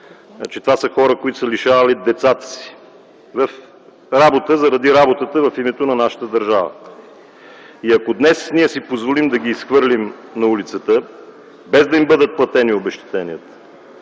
това са хора, които са лишавали децата си заради работа в името на нашата държава. И ако днес ние си позволим да ги изхвърлим на улицата, без да им бъдат платени обезщетенията,